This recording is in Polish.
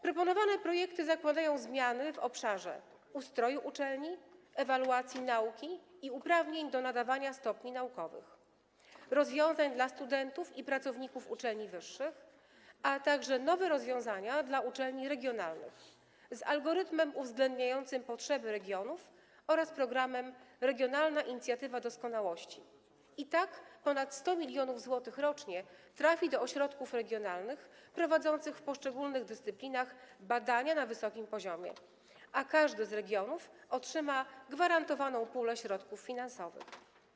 Proponowane projekty zakładają zmiany w obszarze: ustroju uczelni, ewaluacji nauki i uprawnień do nadawania stopni naukowych, rozwiązań dla studentów i pracowników uczelni wyższych, a także nowe rozwiązania dla uczelni regionalnych, z algorytmem uwzględniającym potrzeby regionów oraz programem „Regionalna inicjatywa doskonałości” - i tak ponad 100 mln zł rocznie trafi do ośrodków regionalnych prowadzących w poszczególnych dyscyplinach badania na wysokim poziomie, a każdy z regionów otrzyma gwarantowaną pulę środków finansowych.